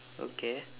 okay